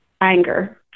anger